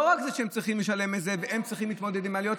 לא רק שהם צריכים לשלם את זה והם צריכים להתמודד עם העליות,